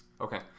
Okay